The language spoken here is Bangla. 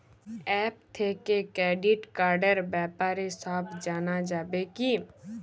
অ্যাপ থেকে ক্রেডিট কার্ডর ব্যাপারে সব জানা যাবে কি?